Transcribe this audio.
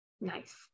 Nice